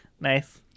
Nice